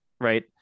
right